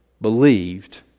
believed